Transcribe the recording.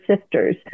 sisters